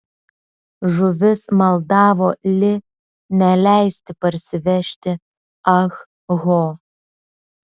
žuvis maldavo li neleisti parsivežti ah ho